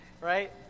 right